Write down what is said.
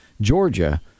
Georgia